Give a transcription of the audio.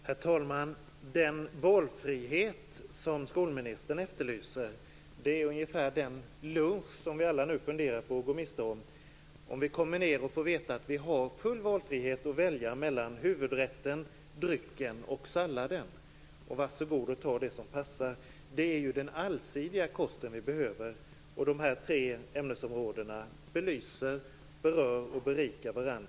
Herr talman! Den valfrihet som skolministern efterlyser är ungefär som den lunch vi nu alla funderar på om vi går miste om. Vi får veta att vi har full valfrihet att välja mellan huvudrätten, drycken och salladen. Var så god och ta det som passar! Det är ju den allsidiga kosten vi behöver. De tre ämnesområdena belyser, berör och berikar varandra.